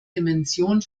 dimension